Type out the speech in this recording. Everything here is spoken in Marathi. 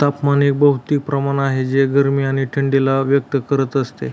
तापमान एक भौतिक प्रमाण आहे जे गरमी आणि थंडी ला व्यक्त करत असते